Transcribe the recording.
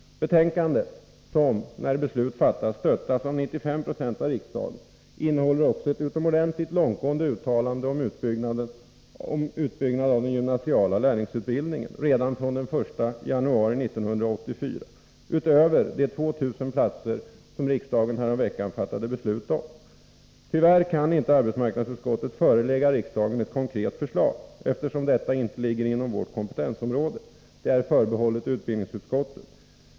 Betänkandet, som när beslutet har fattats stöttas av 95 26 av riksdagen, innehåller också ett utomordentligt långtgående uttalande om en utbyggnad av den gymnasiala lärlingsutbildningen redan från den 1 januari 1984, utöver de 2 000 platser som riksdagen häromveckan fattade beslut om. Tyvärr kan inte arbetsmarknadsutskottet förelägga riksdagen ett konkret förslag, eftersom utarbetandet av ett sådant inte ligger inom vårt kompetensområde — det är förbehållet utbildningsutskottet.